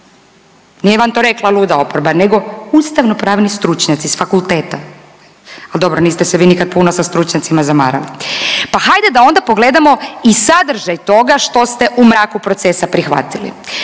Nije vam to rekla luda oporba, nego ustavno-pravni stručnjaci sa fakulteta. Ali dobro, niste se vi nikad puno sa stručnjacima zamarali. Pa hajde da onda pogledamo i sadržaj toga što ste u mraku procesa prihvatili.